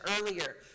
earlier